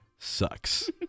Sucks